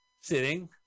Sitting